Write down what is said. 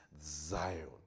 Zion